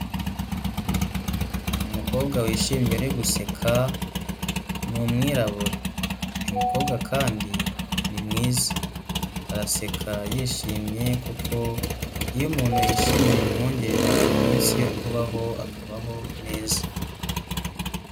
Umukobwa wishimye uri guseka ni umwirabura, uyu mukobwa kandi ni mwiza, araseka yishimye kuko iyo umuntu yishimye bimwongerera iminsi yo kubaho akabaho neza.